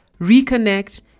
reconnect